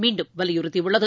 மீண்டும் வலியுறுத்தியுள்ளது